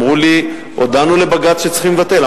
אמרו לי: הודענו לבג"ץ שצריכים לבטל.